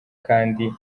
kandi